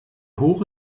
hoch